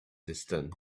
distance